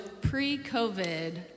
pre-COVID